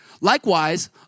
Likewise